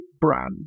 brand